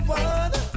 one